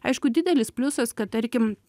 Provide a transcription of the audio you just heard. aišku didelis pliusas kad tarkim